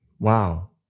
Wow